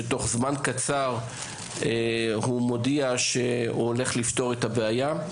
שתוך זמן קצר הוא מודיע שהוא הולך לפתור את הבעיה.